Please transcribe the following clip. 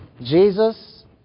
Jesus